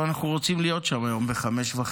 אנחנו רוצים להיות שם היום ב-17:30,